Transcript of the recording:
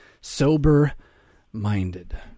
sober-minded